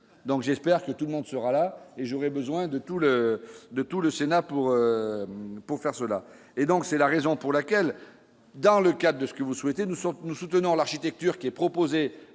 donc j'espère que tout le monde sera là, et j'aurai besoin de tout le de tout le Sénat pour pour faire cela et donc c'est la raison pour laquelle, dans le cas de ce que vous souhaitez nous sommes, nous soutenons l'architecture qui est proposée